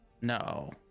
No